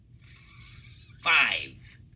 five